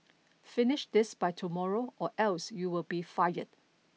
finish this by tomorrow or else you will be fired